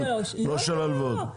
לא, לא, לא.